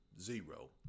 Zero